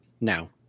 now